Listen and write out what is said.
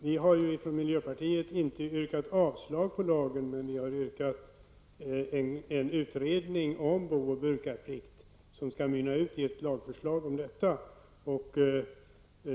Fru talman! Vi från miljöpartiet har inte yrkat avslag på förslaget om lagen, men vi har yrkat på att en utredning skall tillsättas om bo och brukarplikt som skall mynna ut i ett lagförslag om detta.